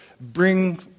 bring